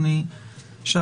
אפשר